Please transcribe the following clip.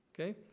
okay